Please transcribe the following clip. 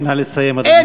נא לסיים, אדוני.